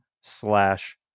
slash